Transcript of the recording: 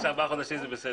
ארבעה חודשים זה בסדר?